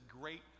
great